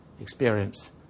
experience